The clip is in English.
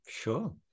sure